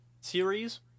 series